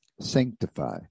sanctify